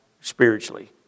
spiritually